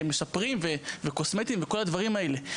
משפרים, קוסמטיים, וכל הדברים האלה.